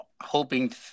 hoping